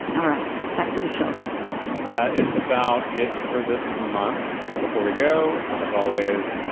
all right back to the show that is about it for this month. but before we go, as always,